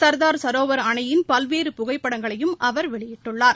சர்தார் சரோவர் அணையின் பல்வேறு புகைப்படங்களையும் அவர் வெளியிட்டுள்ளார்